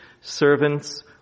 servants